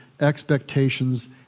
expectations